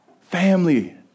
Family